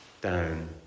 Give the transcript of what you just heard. down